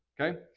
Okay